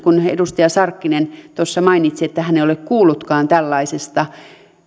kun edustaja sarkkinen tuossa mainitsi että hän ei ole kuullutkaan tällaisesta